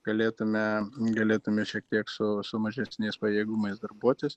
galėtume galėtume šiek tiek su su mažesniais pajėgumais darbuotis